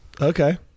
Okay